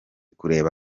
kureba